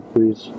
Please